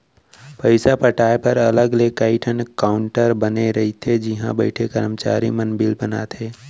पइसा पटाए बर अलग ले कइ ठन काउंटर बने रथे जिहॉ बइठे करमचारी मन बिल बनाथे